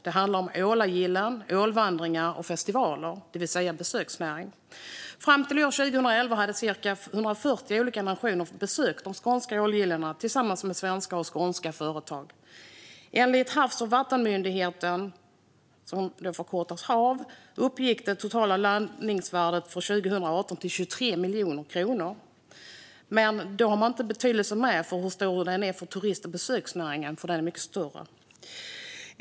Det handlar om ålagillen, ålvandringar och festivaler, det vill säga besöksnäring. Fram till 2011 hade cirka 140 olika nationer besökt de skånska ålagillena tillsammans med svenska och skånska företag. Enligt Havs och vattenmyndigheten, HaV, uppgick det totala landningsvärdet 2018 till 23 miljoner kronor. Men då räknas inte betydelsen för turist och besöksnäringen med, för den är mycket större.